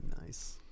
Nice